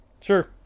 Sure